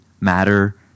matter